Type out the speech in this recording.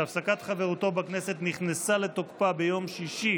שהפסקת חברותו בכנסת נכנסה לתוקפה ביום שישי